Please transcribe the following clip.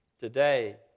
today